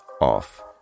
off